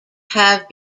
have